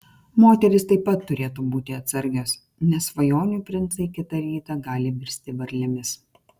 moterys taip pat turėtų būti atsargios nes svajonių princai kitą rytą gali virsti varlėmis